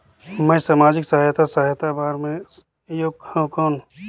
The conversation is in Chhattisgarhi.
मैं समाजिक सहायता सहायता बार मैं योग हवं कौन?